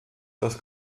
das